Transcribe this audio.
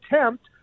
attempt